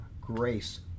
grace